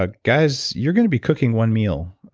ah guys, you're going to be cooking one meal,